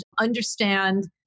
understand